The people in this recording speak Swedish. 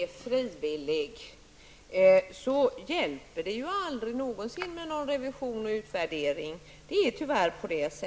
Herr talman! Så länge denna verksamhet är frivillig hjälper ingen revision eller utvärdering. Tyvärr är det så.